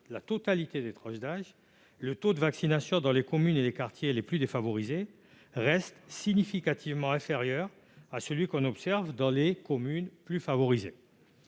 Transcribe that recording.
toutes les tranches d'âge, le taux de vaccination dans les communes et les quartiers les plus défavorisés reste significativement inférieur à celui qu'on observe dans les communes les plus favorisées.